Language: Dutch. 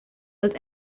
het